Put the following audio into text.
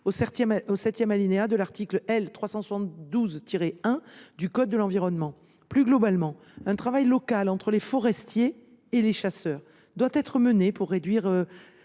au 7° de l’article L. 372 1 du code de l’environnement. Plus globalement, un travail local entre les forestiers et les chasseurs doit être mené pour réduire